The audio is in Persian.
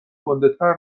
گندهتر